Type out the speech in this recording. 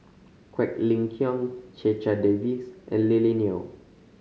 Quek Ling Kiong Checha Davies and Lily Neo